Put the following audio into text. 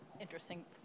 Interesting